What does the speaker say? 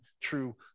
true